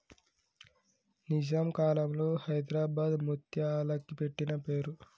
నిజాం కాలంలో హైదరాబాద్ ముత్యాలకి పెట్టిన పేరు